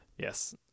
Yes